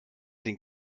den